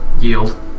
yield